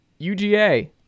UGA